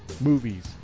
movies